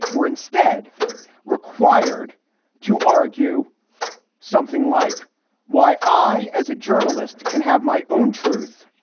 we're instead required to argue something like why i as a journalist can have my own truth